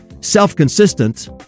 self-consistent